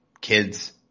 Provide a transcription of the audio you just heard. kids